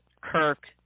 Kirk